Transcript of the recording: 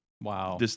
Wow